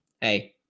hey